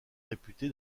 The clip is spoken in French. réputé